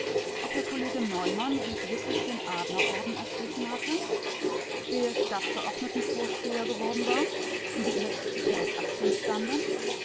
ob der kollege neumann sich wirklich den adlerorden erschlichen hatte wer stadtverordnetenvorsteher geworden war wie die elektrizitätsaktien standen